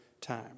time